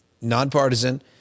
nonpartisan